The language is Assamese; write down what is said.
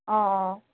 অঁ অঁ